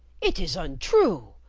it is untrue,